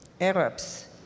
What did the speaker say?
Arabs